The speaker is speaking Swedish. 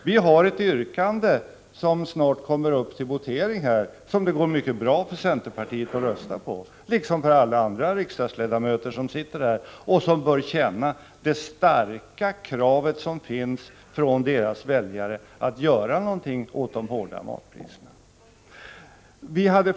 Vi har ett yrkande som snart kommer upp till votering, som det går mycket bra för centerpartiet att rösta på, liksom för alla andra riksdagsledamöter som sitter här och som bör känna det starka kravet från deras väljare att göra någonting åt de höga matpriserna.